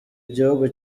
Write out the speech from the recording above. igihugu